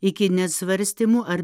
iki net svarstymų ar